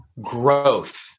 growth